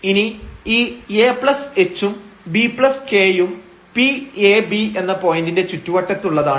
ഇനി ഈ ah ഉം bk യും P ab എന്ന പോയന്റിന്റെ ചുറ്റുവട്ടത്തുള്ളതാണ്